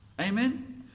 Amen